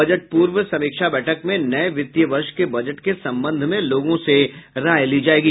budget पूर्व समीक्षा बैठक में नये वित्तीय वर्ष के बजट के संबंध में लोगों से राय ली जायेगी